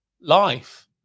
life